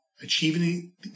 achieving